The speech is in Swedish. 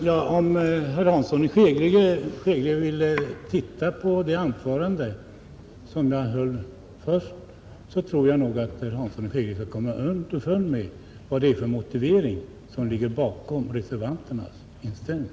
Herr talman! Om herr Hansson i Skegrie ville titta på det anförande som jag höll först, tror jag att han skulle komma underfund med vad det är för motivering som ligger bakom reservanternas inställning.